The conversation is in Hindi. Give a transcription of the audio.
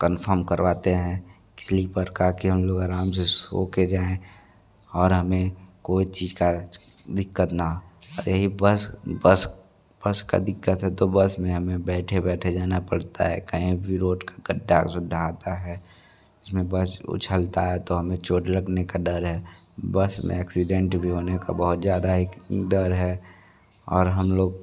कंफर्म करवाते हैं स्लीपर करके हम लोग आराम से सोकर जाएँ और हमें कोई चीज़ का दिक्कत न रहे बस बस का दिक्कत है तो बस में हमें बैठे बैठे जाना पड़ता है कहीं भी रोड का गड्डा सुद्दा आता है इसमें बस उछलता है तो हमें चोट लगने का डर है बस में एक्सीडेंट भी होने का बहुत ज़्यादा ही डर है और हम लोग